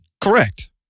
Correct